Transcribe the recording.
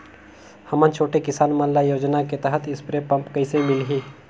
हमन छोटे किसान मन ल योजना के तहत स्प्रे पम्प कइसे मिलही?